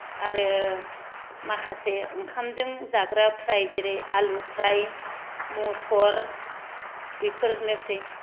आरो माखासे ओंखामजों जाग्रा फ्राय जेरै आलु फ्राय मथर बेफोरनोसै